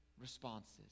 responses